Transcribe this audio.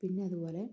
പിന്നെ അതുപോലെ